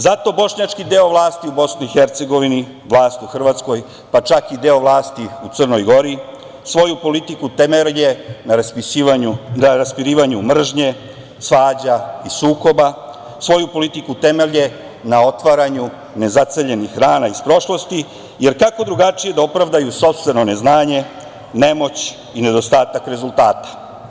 Zato bošnjački deo vlasti u BiH, vlasti u Hrvatskoj, pa čak i deo vlasti u Crnoj Gori, svoju politiku temelji na raspirivanju mržnje, svađa i sukoba, na otvaranju nezaceljenih rana iz prošlosti, jer kako drugačije da opravdaju sopstveno neznanje, nemoć i nedostatak rezultata?